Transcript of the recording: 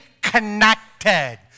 connected